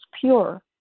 pure